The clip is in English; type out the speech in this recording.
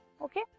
okay